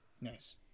Nice